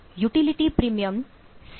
utility premium CB છે